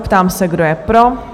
Ptám se, kdo je pro?